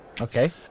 Okay